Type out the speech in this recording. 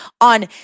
on